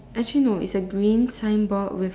actually no it is a green signboard with